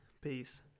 peace